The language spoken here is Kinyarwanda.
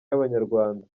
y’abanyarwanda